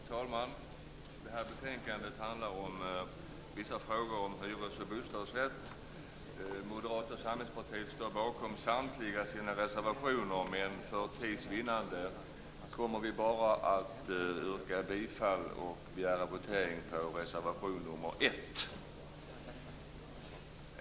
Fru talman! Det här betänkandet handlar om vissa frågor om hyresrätt och bostadsrätt. Moderata samlingspartiet står bakom samtliga sina reservationer, men för tids vinnande kommer vi bara att yrka bifall till och begära votering på reservation nr 1.